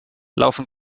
laufen